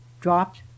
dropped